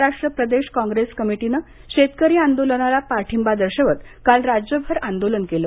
महाराष्ट्र प्रदेश काँग्रेस कमिटीनं शेतकरी आंदोलनाला पाठिंबा दर्शवत काल राज्यभर आंदोलन केलं